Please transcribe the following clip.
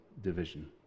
division